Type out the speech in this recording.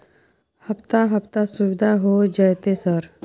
हफ्ता हफ्ता सुविधा होय जयते सर?